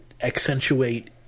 accentuate